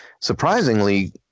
surprisingly